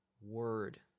Word